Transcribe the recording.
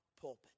pulpit